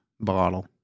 Bottle